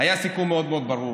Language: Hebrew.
היה סיכום מאוד מאוד ברור